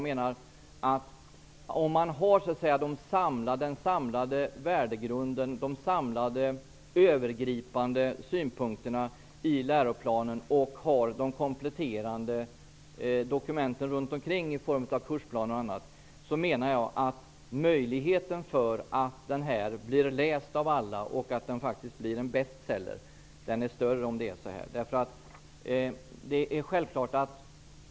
Men om den samlade värdegrunden och de samlade övergripande synpunkterna finns i läroplanen och de kompletterande dokumenten runtomkring i form av kursplaner och annat, menar jag att möjligheten är större att läroplanen blir läst av alla och blir en bestseller.